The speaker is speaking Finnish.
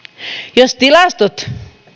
jos tilastot